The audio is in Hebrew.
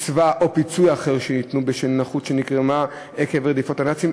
קצבה או פיצוי אחר שניתנו בשל נכות שנגרמה עקב רדיפות הנאצים,